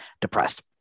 depressed